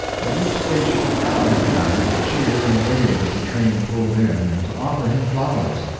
at each station a crowd had gathered to cheer and wave as the train pulled in and to offer him flowers.